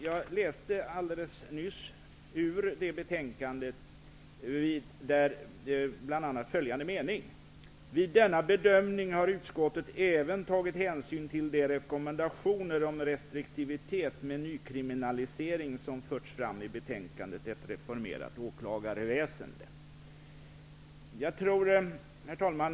Jag läste alldeles nyss ur det betänkandet, bl.a. följande mening: ''Vid denna bedömning har utskottet även tagit hänsyn till de rekommendationer om restriktivitet med nykriminalisering som förts fram i betänkandet Ett reformerat åklagarväsende''. Herr talman!